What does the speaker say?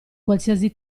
qualsiasi